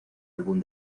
álbum